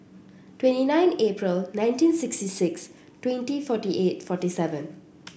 twenty nine April nineteen sixty six twenty forty eight forty seven